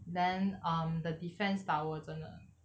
then um the defence tower 真的